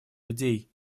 людей